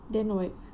don't know